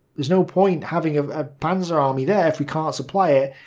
there's no point having a ah panzer army there if we can't supply it.